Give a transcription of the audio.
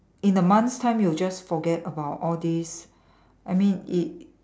in a month's time you'll just forget about all this I mean it